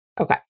Okay